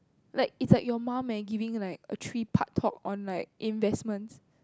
like is like your mum and giving a three part talk on like investments